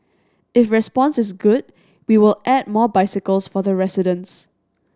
if response is good we will add more bicycles for the residents